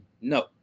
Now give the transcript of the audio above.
No